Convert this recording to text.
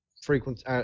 frequency –